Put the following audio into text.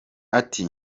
ati